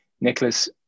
Nicholas